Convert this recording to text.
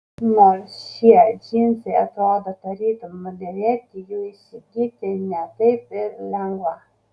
nors šie džinsai atrodo tarytum nudėvėti jų įsigyti ne taip ir lengva